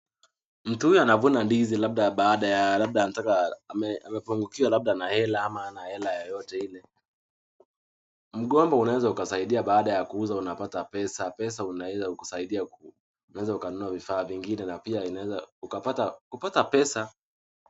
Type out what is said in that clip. Mtu huyu anavuna ndizi, baada ya labda anataka amepungukiwa labda na hela, ama hana hela yeyote ile. Mgomba unaweza Ukasaidia baada ya kuuza unapata pesa. Pesa unaweza kukusaidia ku..unaweza ukanunua vifaa vingine na pia unaweza ukapata pesa.